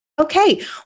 Okay